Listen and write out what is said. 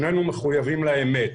שנינו מחויבים לאמת.